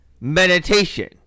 meditation